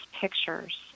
pictures